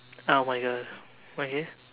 oh my god why ah